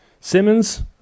Simmons